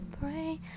pray